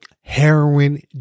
heroin